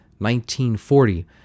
1940